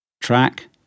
Track